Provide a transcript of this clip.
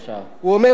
הבחור הזה,